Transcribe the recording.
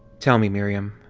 tell me, miriam,